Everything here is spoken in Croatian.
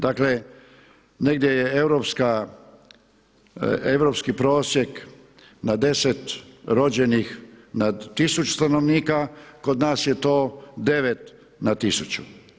Dakle, negdje je europski prosjek na 10 rođenih nad 1000 stanovnika, kod nas je to 9 na 1000.